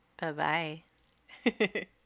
Bye-bye